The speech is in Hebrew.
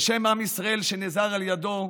בשם עם ישראל שנעזר בו,